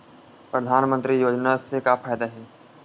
परधानमंतरी योजना से का फ़ायदा हे?